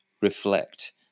reflect